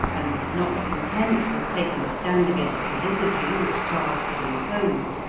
and, not content with taking a stand against the liturgy which charles had imposed,